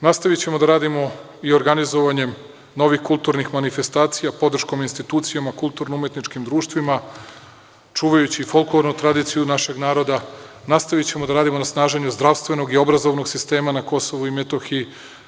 Nastavićemo da radimo i organizovanjem novih kulturnih manifestacija, podrškom institucijama, kulturno-umetničkim društvima, čuvajući folklornu tradiciju našeg naroda, nastavićemo da radimo na snaženju zdravstvenog i obrazovnog sistema na Kosovu i Metohiji.